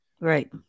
Right